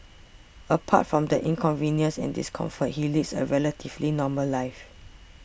apart from the inconvenience and discomfort he leads a relatively normal life